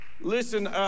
Listen